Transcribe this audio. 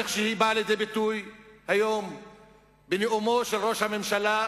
איך שהיא באה לידי ביטוי היום בנאומו של ראש הממשלה,